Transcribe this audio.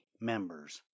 members